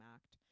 Act